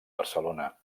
barcelona